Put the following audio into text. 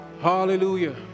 Hallelujah